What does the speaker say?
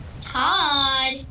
Todd